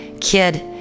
kid